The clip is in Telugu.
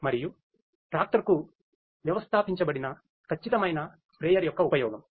మరియు ట్రాక్టర్కు వ్యవస్థాపించబడిన సరఇన స్ప్రేయర్ యొక్క ఉపయోగం